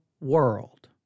world